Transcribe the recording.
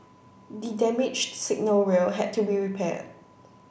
the damaged signal rail had to be repaired